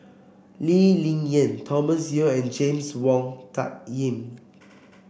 Lee Ling Yen Thomas Yeo and James Wong Tuck Yim